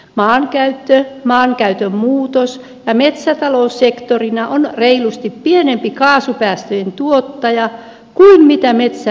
maankäyttö maankäytön muutos ja metsätalous sektorina on reilusti pienempi kaasupäästöjen tuottaja kuin metsä nielee päästöjä